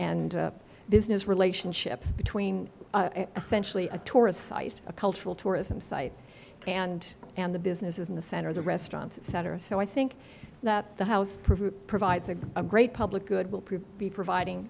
and business relationships between essentially a tourist site a cultural tourism site and and the businesses in the center of the restaurants etc so i think that the house provides a great public good will be providing